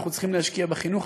אנחנו צריכים להשקיע בחינוך,